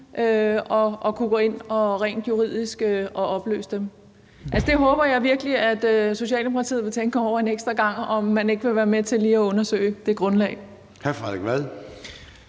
at kunne gå ind rent juridisk og opløse dem? Der håber jeg virkelig, at Socialdemokratiet vil tænke over en ekstra gang, om man ikke lige vil være med til at undersøge det grundlag.